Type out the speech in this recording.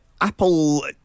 Apple